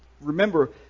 remember